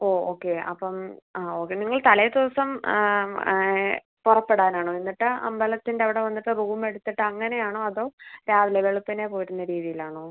ഓ okay അപ്പം ആ okay നിങ്ങൾ തലേ ദിവസം പുറപ്പെടാനാണോ എന്നിട്ട് അമ്പലത്തിൻ്റെ അവിടെ വന്നിട്ട് റൂമെടുത്തിട്ട് അങ്ങനെ ആണൊ അതോ രാവിലെ വെളുപ്പിനേ പോരുന്ന രീതിയിലാണോ